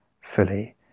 fully